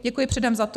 Děkuji předem za to.